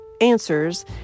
answers